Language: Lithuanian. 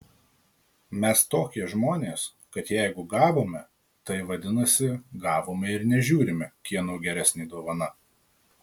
mes tokie žmonės kad jeigu gavome tai vadinasi gavome ir nežiūrime kieno geresnė dovana